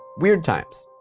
weird times.